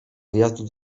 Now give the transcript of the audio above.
wyjazdu